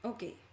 Okay